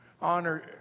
honor